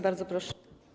Bardzo proszę.